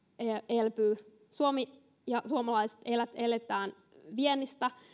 elpyy suomi ja suomalaiset elävät viennistä